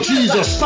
Jesus